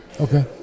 Okay